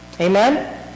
Amen